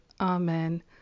Amen